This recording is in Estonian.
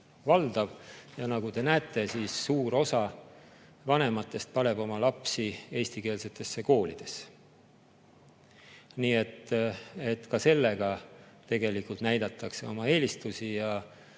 valdav. Ja nagu te näete, suur osa vanematest paneb oma lapsed eestikeelsetesse koolidesse. Sellega tegelikult näidatakse oma eelistusi ja